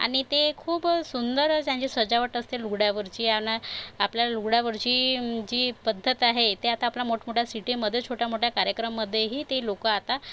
आणि ते खूप सुंदर त्यांचे सजावट असते लुगड्यावरची आणि आपल्या लुगड्यावरची जी पद्धत आहे ती आता आपल्या मोठमोठ्या सिटीमध्ये छोट्यामोठ्या कार्यक्रमामध्येही ते लोकं आता